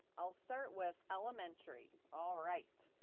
i'll start with elementary. all right!